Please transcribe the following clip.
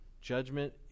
Judgment